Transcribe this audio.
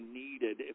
needed